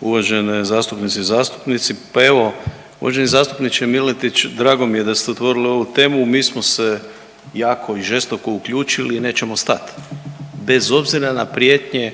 uvažene zastupnice i zastupnici. Pa evo uvaženi zastupniče Miletić drago mi je da ste otvorili ovu temu. Mi smo se jako i žestoko uključili i nećemo stati bez obzira na prijetnje